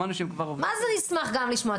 שמענו שהן כבר עובדות --- מה זה נשמח גם לשמוע?